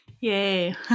Yay